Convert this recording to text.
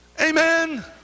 Amen